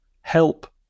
help